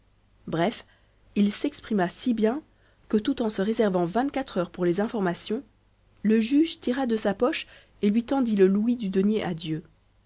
bref il s'exprima si bien que tout en se réservant vingt-quatre heures pour les informations le juge tira de sa poche et lui tendit le louis du denier à dieu